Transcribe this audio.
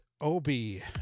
Obi